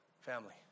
family